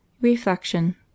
Reflection